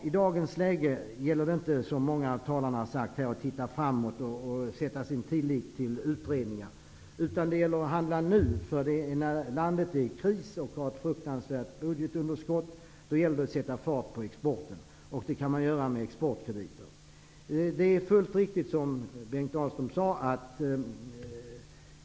I dagens läge gäller det inte att som många av talarna har sagt se framåt och sätta sin tillit till utredningar. Det gäller i stället att handla nu. Det är när landet är i kris och har ett fruktansvärt budgetunderskott som vi måste sätta fart på exporten. Det kan man göra med exportkrediter.